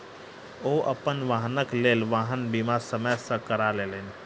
ओ अपन वाहनक लेल वाहन बीमा समय सॅ करा लेलैन